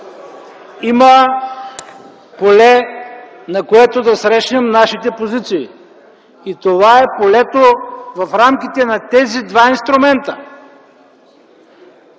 Има поле, на което да срещнем нашите позиции. Това е полето в рамките на тези два инструмента.